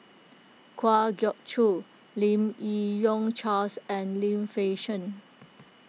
Kwa Geok Choo Lim Yi Yong Charles and Lim Fei Shen